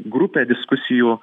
grupę diskusijų